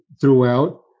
throughout